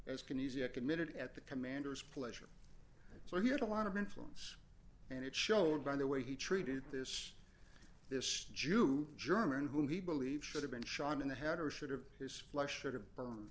as can easy a committed at the commanders pleasure so he had a lot of influence and it showed by the way he treated this this jew german who he believed should have been shot in the head or should have his fl